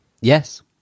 Yes